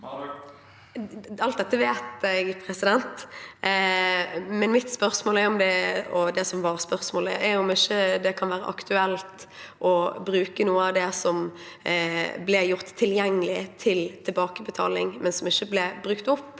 Alt dette vet jeg. Men det som var spørsmålet, var om det ikke kan være aktuelt å bruke noe av det som ble gjort tilgjengelig til tilbakebetaling, men som ikke ble brukt opp.